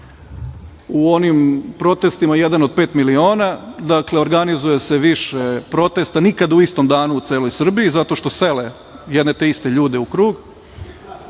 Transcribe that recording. u onim protestima „Jedan od pet miliona“. Dakle, organizuje se više protesta, nikad u istom danu, u celoj Srbiji zato što sele jedne te iste ljude u krug.